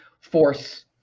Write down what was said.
force